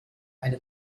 eine